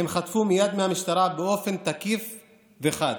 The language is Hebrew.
הם חטפו מייד מהמשטרה באופן תקיף וחד.